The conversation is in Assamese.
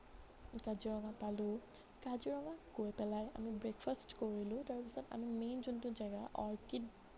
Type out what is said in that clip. কাজিৰঙা পালোঁ কাজিৰঙাত গৈ পেলাই আমি ব্ৰেকফাষ্ট কৰিলোঁ তাৰ পিছত আমি মেইন যোনটো জাগা অৰ্কিড